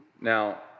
Now